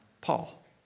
Paul